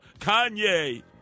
Kanye